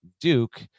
Duke